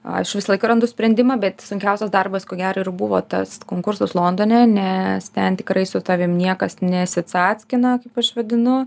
aš visą laiką randu sprendimą bet sunkiausias darbas ko gero ir buvo tas konkursas londone nes ten tikrai su tavim niekas nesicackoina kaip aš vadinu